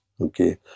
Okay